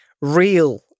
real